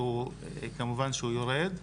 והוא כמובן שהוא יורד,